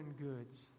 goods